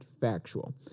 factual